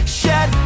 shed